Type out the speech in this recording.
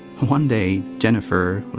one day, jennifer,